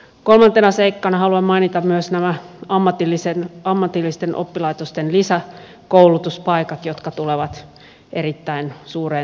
kolmantena seikkana haluan mainita myös nämä ammatillisten oppilaitosten lisäkoulutuspaikat jotka tulevat erittäin suureen tarpeeseen